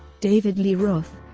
david lee roth